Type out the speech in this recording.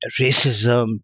racism